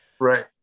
Right